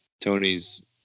Tony's